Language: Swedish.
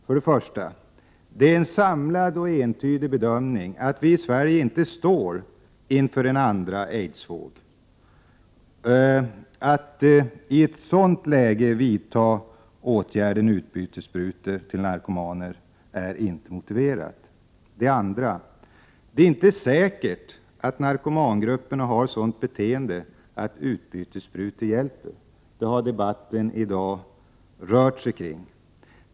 För det första: Det är en samlad och entydig bedömning att vi i Sverige inte står inför en andra aidsvåg. Att i ett sådant läge vidta åtgärden utdelning av utbytessprutor till narkomaner är inte motiverat. För det andra: Det är inte säkert att narkomangrupperna har sådant beteende att utbytessprutor hjälper. Det har debatten i dag rört sig kring.